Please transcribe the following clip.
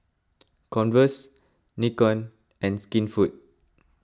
Converse Nikon and Skinfood